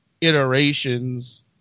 iterations